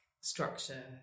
structure